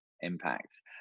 impact